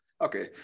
okay